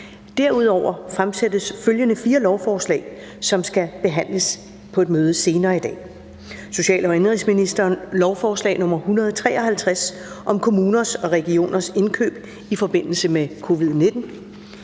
Derudover fremsættes følgende fire lovforslag, som skal behandles på et møde senere i dag: Social- og indenrigsministeren (Astrid Krag): Lovforslag nr. L 153 (Forslag til lov om kommuners og regioners indkøb i forbindelse med